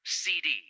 cd